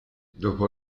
dopo